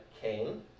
Cain